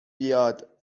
بیاد